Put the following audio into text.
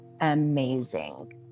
amazing